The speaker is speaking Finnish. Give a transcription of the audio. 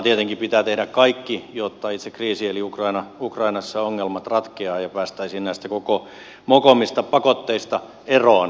tietenkin pitää tehdä kaikki jotta itse kriisi eli ukrainassa ongelmat ratkeaa ja päästäisiin näistä koko mokomista pakotteista eroon